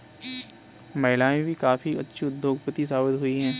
महिलाएं भी काफी अच्छी उद्योगपति साबित हुई हैं